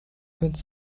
with